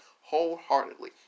wholeheartedly